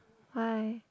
hi